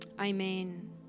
Amen